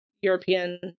European